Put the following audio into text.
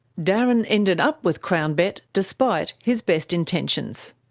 darren ended up with crownbet despite his best intentions.